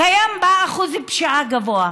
קיים בה אחוז פשיעה גבוה.